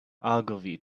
ogilvy